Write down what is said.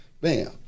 bam